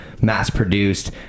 mass-produced